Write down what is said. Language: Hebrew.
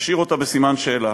נשאיר אותם בסימן שאלה.